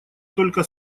только